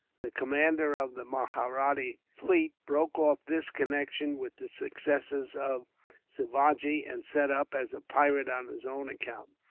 the commander of the mahratta fleet, broke off this connection with the successors of sivagi, and set up as a pirate on his own account.